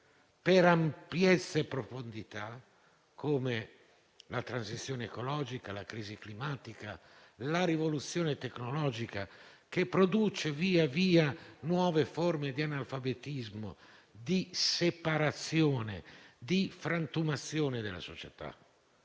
per ampiezza e profondità, come la transizione ecologica, la crisi climatica, la rivoluzione tecnologica che produce sempre nuove forme di analfabetismo, di separazione e di frantumazione della società.